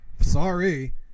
Sorry